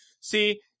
See